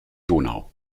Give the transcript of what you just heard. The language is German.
donau